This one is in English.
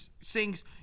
sings